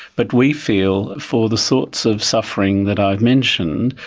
but we feel for the sorts of suffering that i've mentioned,